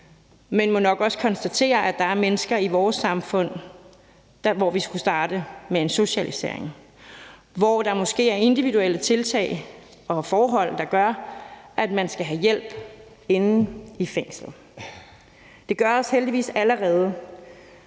men må nok også konstatere, at der er mennesker i vores samfund, hvor vi skulle starte med en socialisering, og hvor der måske er individuelle tiltag og forhold, der gør, at man skal have hjælp inde i fængslet. Det gøres heldigvis også allerede,